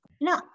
No